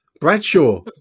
Bradshaw